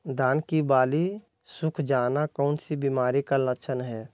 धान की बाली सुख जाना कौन सी बीमारी का लक्षण है?